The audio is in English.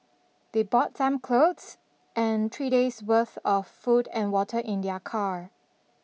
they brought some clothes and three days' worth of food and water in their car